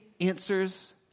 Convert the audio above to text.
answers